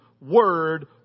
word